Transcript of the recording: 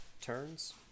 turns